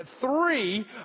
three